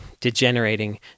degenerating